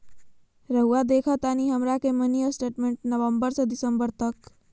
रहुआ देखतानी हमरा के मिनी स्टेटमेंट नवंबर से दिसंबर तक?